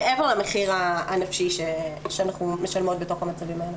מעבר למחיר הנפשי שאנחנו משלמות בתוך המצבים האלה.